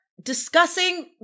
Discussing